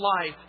life